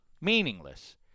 meaningless